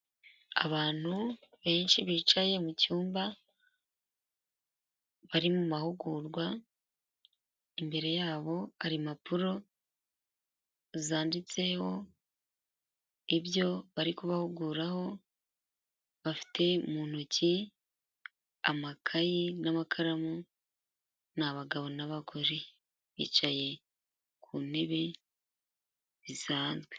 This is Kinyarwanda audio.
Abantu benshi bicaye mu cyumba bari mu mahugurwa, imbere yabo hari impapuro zanditseho ibyo bari kubahuguraho, bafite mu ntoki amakayi n'amakaramu, ni abagabo n'abagore, bicaye ku ntebe zisanzwe.